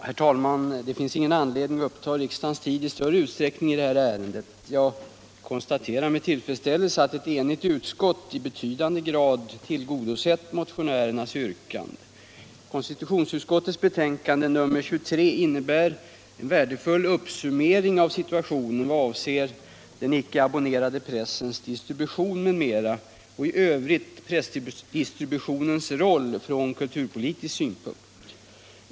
Herr talman! Det finns ingen anledning att upptaga riksdagens tid i stor utsträckning med det här ärendet. Jag konstaterar med tillfredsställelse att ett enigt utskott i betydande grad tillgodosett motionärernas yrkande. Konstitutionsutskottets betänkande nr 23 innebär en värdefull uppsummering av situationen vad avser den icke abonnerade pressens distribution m.m. och i övrigt pressdistributionens roll från kulturpolitisk synpunkt.